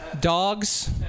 dogs